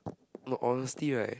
no honestly right